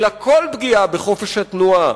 אלא כל פגיעה בחופש התנועה